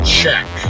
check